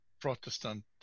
Protestant